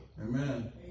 Amen